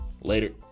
Later